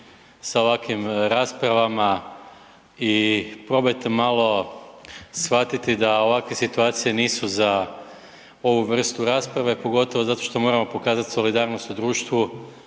sa ovakvim raspravama i probajte malo shvatiti da ovakve situacije nisu za ovu vrstu rasprave, pogotovo zato što moramo pokazati solidarnost u društvu.